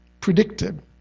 predicted